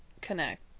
connect